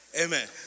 Amen